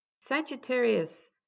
Sagittarius